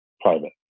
private